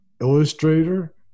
illustrator